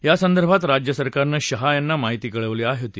यासंदर्भात राज्य सरकारनं शाह यांना माहिती कळवली होती